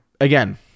again